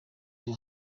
iyo